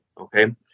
okay